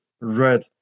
red